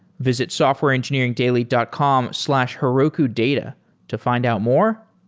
visit softwareengineeringdaily dot com slash herokudata to find out more,